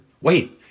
Wait